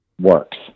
works